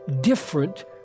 different